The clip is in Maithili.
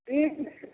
बिन्स